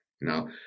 now